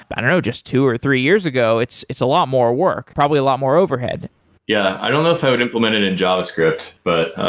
i don't know, just two or three years ago, it's it's a lot more work, probably a lot more overhead yeah, i don't know if i would implement it in javascript but